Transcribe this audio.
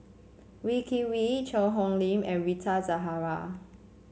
Wee Kim Wee Cheang Hong Lim and Rita Zahara